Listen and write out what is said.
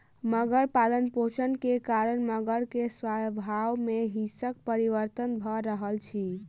मगर पालनपोषण के कारण मगर के स्वभाव में हिंसक परिवर्तन भ रहल छल